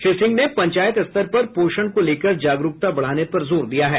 श्री सिंह ने पंचायत स्तर पर पोषण को लेकर जागरूकता बढ़ाने पर जोर दिया है